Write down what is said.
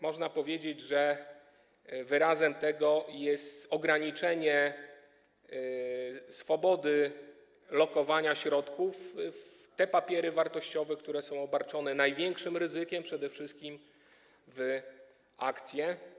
Można powiedzieć, że tego wyrazem jest ograniczenie swobody lokowania środków w te papiery wartościowe, które są obarczone największym ryzykiem, przede wszystkim w akcje.